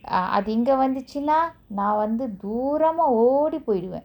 ah அது இங்க வந்துசுனா நா வந்து தூரமா ஓடி பொய்டுவ:athu inga vanthuchuna na vanthu thoorama odi poiduva